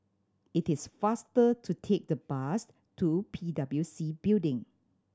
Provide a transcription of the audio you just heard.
it is faster to take the bus to P W C Building